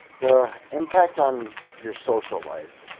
the impact on your social life,